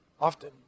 often